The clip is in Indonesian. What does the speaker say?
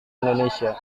indonesia